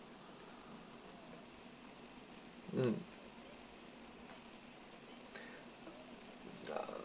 mm